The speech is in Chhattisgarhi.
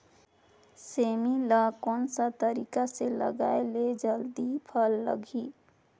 सेमी ला कोन सा तरीका से लगाय ले जल्दी फल लगही?